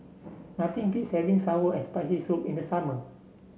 nothing beats having sour and Spicy Soup in the summer